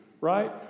right